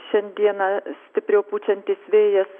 šiandieną stipriau pučiantis vėjas